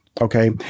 okay